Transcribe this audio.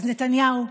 אז נתניהו,